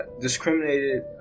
discriminated